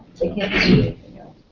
they can't see anything else.